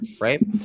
right